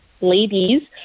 ladies